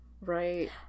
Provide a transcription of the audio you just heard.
right